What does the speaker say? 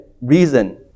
reason